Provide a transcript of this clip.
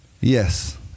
Yes